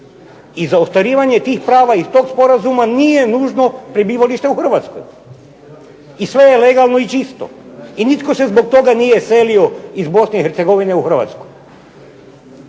i za ostvarivanje tih prava iz tog sporazuma nije nužno prebivalište u Hrvatskoj, i sve je legalno i čisto i nitko se zbog toga nije selio iz Bosne i Hercegovine u Hrvatsku.